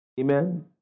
Amen